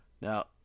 Now